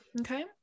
Okay